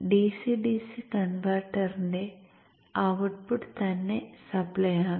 DC DC കൺവെർട്ടറിന്റെ output തന്നെ supply ആകാം